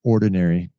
Ordinary